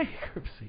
bankruptcy